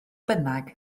bynnag